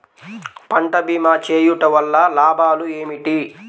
పంట భీమా చేయుటవల్ల లాభాలు ఏమిటి?